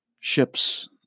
ships